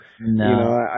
No